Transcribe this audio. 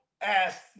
ask